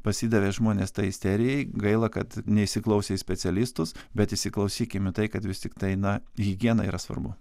pasidavė žmonės tai iserijai gaila kad neįsiklausė į specialistus bet įsiklausykim į tai kad vis tiktai na higiena yra svarbu